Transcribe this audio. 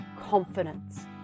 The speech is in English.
confidence